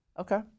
Okay